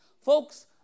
Folks